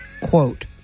Quote